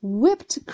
whipped